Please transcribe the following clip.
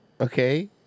okay